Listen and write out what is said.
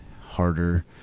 harder